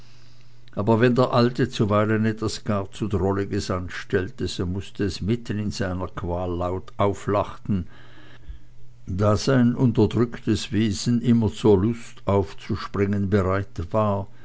aber wenn der alte zuweilen etwas gar zu drolliges anstellte so mußte es mitten in seiner qual laut auflachen da sein unterdrücktes wesen immer zur lust aufzuspringen bereit war